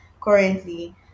currently